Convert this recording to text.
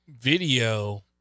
video